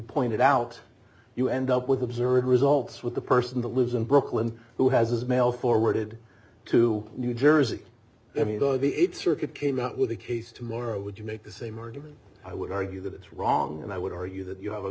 pointed out you end up with absurd results with the person that lives in brooklyn who has his mail forwarded to new jersey circuit came out with a case tomorrow would you make the same argument i would argue that it's wrong and i would argue that you have